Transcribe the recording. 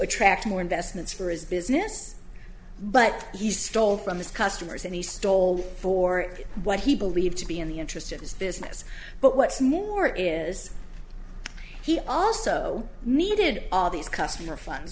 attract more investments for his business but he stole from his customers and he stole for what he believed to be in the interest of his business but what's more is he also needed all these customer fun